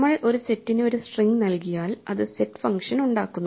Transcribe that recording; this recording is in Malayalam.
നമ്മൾ ഒരു സെറ്റിന് ഒരു സ്ട്രിംഗ് നൽകിയാൽ അത് സെറ്റ് ഫംഗ്ഷൻ ഉണ്ടാക്കുന്നു